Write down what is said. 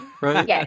Right